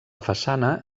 façana